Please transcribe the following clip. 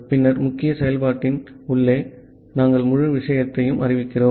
பின்னர் முக்கிய செயல்பாட்டின் உள்ளே நாங்கள் முழு விஷயத்தையும் அறிவிக்கிறோம்